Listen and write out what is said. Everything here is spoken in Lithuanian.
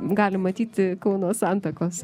gali matyti kauno santakos